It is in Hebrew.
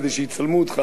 שבתל-אביב יאהבו אותך,